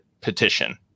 petition